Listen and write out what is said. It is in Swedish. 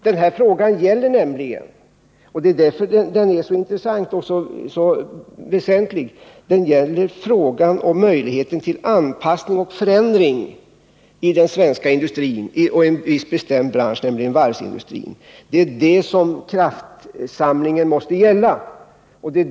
Denna fråga gäller nämligen — det ä. därför den är så intressant och väsentlig — möjligheterna till anpassning och förändring inom en viss bestämd bransch, nämligen varvsindustrin. Det är detta som kraftsamlingen måste gälla.